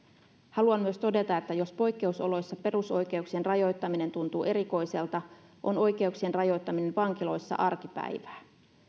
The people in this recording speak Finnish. haluan myös todeta että jos poikkeusoloissa perusoikeuksien rajoittaminen tuntuu erikoiselta on oikeuksien rajoittaminen vankiloissa arkipäivää